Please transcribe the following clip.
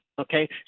Okay